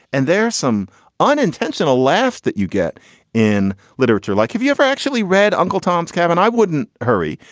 and there some unintentional laughs that you get in literature like if you ever actually read uncle tom's cabin, i wouldn't hurry.